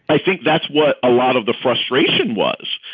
i think that's what a lot of the frustration was,